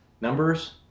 Numbers